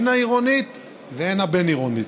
הן העירונית והן הבין-עירונית.